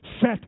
set